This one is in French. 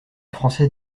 française